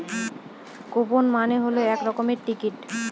coupon মানে হল এক রকমের টিকিট